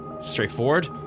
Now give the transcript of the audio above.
straightforward